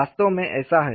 वास्तव में ऐसा है